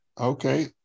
okay